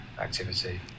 activity